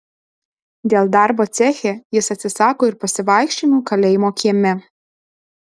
dėl darbo ceche jis atsisako ir pasivaikščiojimų kalėjimo kieme